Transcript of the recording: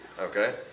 Okay